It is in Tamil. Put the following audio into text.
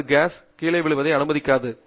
அது கேஸ் பாட்டில் கீழே விழுவதை அனுமதிக்காது